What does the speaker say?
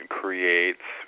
creates